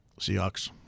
Seahawks